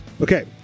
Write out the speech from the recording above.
Okay